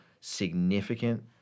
significant